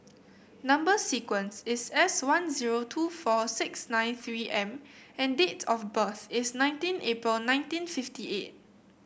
number sequence is S one zero two four six nine three M and date of birth is nineteen April nineteen fifty eight